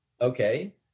okay